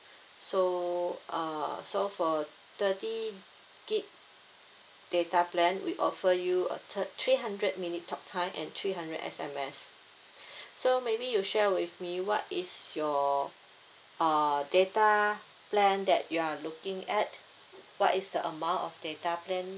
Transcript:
so uh so for thirty gig data plan we offer you a thir~ three hundred minute talk time and three hundred S_M_S so maybe you share with me what is your uh data plan that you are looking at what is the amount of data plan